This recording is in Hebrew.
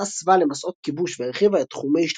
יצאה סבא למסעות כיבוש והרחיבה את תחומי